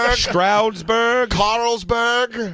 ah stroudsburg carlsberg.